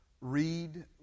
read